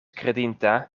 kredinta